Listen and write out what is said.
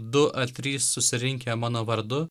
du ar trys susirinkę mano vardu